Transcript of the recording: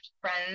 friends